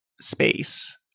space